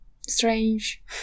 strange